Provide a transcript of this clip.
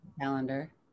calendar